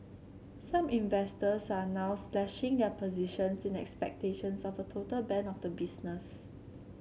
some investors are now slashing their positions in expectations of a total ban of the business